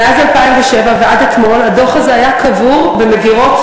מאז 2007 ועד אתמול הדוח הזה היה קבור במגירות